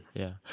yeah.